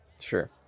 sure